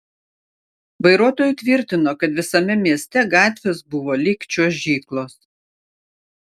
vairuotojai tvirtino kad visame mieste gatvės buvo lyg čiuožyklos